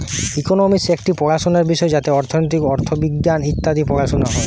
economics একটি পড়াশোনার বিষয় যাতে অর্থনীতি, অথবিজ্ঞান ইত্যাদি পড়ানো হয়